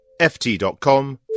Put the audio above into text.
ft.com